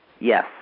yes